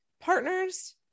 partners